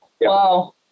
Wow